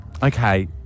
Okay